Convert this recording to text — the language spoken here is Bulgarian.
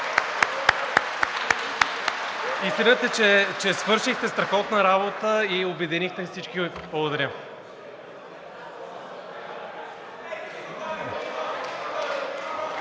Истината е, че свършихте страхотна работа и обединихте всички. Благодаря.